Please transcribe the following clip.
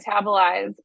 metabolize